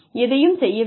எதையும் செய்யவில்லை